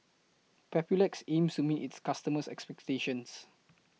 Papulex aims to meet its customers' expectations